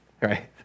Right